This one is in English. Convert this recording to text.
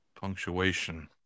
Punctuation